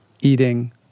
eating